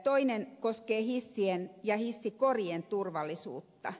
toinen koskee hissien ja hissikorien turvallisuutta